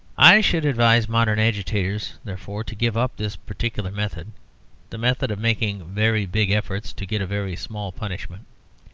i should advise modern agitators, therefore, to give up this particular method the method of making very big efforts to get a very small punishment.